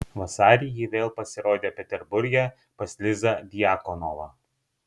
vasarį ji vėl pasirodė peterburge pas lizą djakonovą